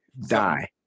die